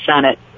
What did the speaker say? Senate